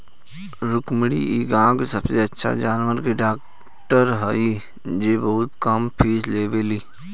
रुक्मिणी इ गाँव के सबसे अच्छा जानवर के डॉक्टर हई जे बहुत कम फीस लेवेली